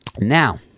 Now